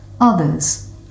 others